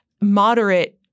moderate